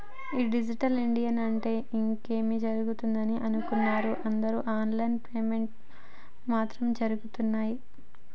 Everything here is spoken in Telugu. ఈ డిజిటల్ ఇండియా అంటే ఇంకేమో జరుగుతదని అనుకున్నరు అందరు ఆన్ లైన్ పేమెంట్స్ మాత్రం జరగుతున్నయ్యి